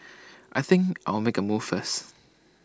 I think I'll make A move first